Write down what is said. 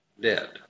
dead